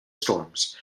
storms